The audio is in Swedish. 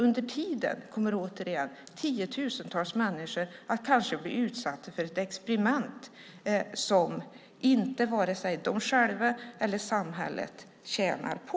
Under tiden kommer, återigen, tiotusentals människor att kanske bli utsatta för ett experiment som inte vare sig de själva eller samhället tjänar på.